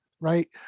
right